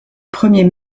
premier